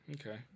Okay